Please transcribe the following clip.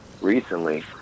recently